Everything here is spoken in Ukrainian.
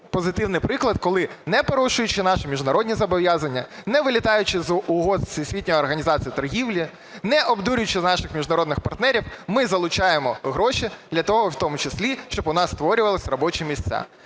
позитивний приклад, коли, не порушуючи наші міжнародні зобов'язання, не вилітаючи з угод Всесвітньої організації торгівлі, не обдурюючи наших міжнародних партнерів, ми залучаємо гроші для того в тому числі, щоб у нас створювались робочі місця.